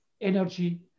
energy